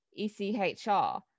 ECHR